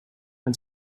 and